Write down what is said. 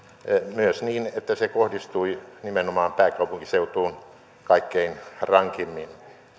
myös niin että se kohdistui nimenomaan pääkaupunkiseutuun kaikkein rankimmin